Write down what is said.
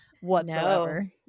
whatsoever